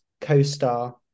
co-star